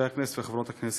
חברי הכנסת וחברות הכנסת,